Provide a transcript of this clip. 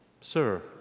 Sir